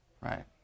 right